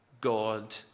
God